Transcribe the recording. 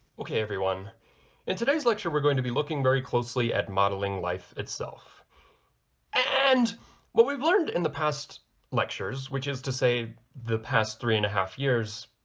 okay everyone in today's lecture we're going to be looking very closely at modeling life itself and what we've learned in the past lectures which is to say the past three and a half years,